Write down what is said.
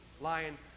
lion